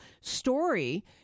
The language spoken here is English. story